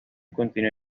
continúa